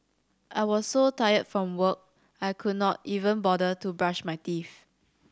I was so tired from work I could not even bother to brush my teeth